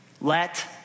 Let